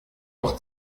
doch